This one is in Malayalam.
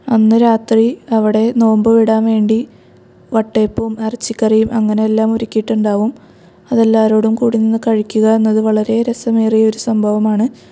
അന്ന് രാത്രി അവിടെ നോമ്പ് വിടാൻ വേണ്ടി വട്ടഅപ്പവും ഇറച്ചിക്കറിയും അങ്ങനെ എല്ലാം ഒരുക്കിയിട്ടുണ്ടാവും അതെല്ലാവരോടും കൂടെ നിന്ന് കഴിക്കുക എന്ന് വളരെ രസമേറിയ ഒരു സംഭവമാണ്